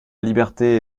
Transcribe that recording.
liberté